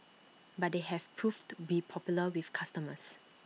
but they have proved to be popular with customers